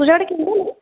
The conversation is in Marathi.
तुझ्याकडे किंडल आहे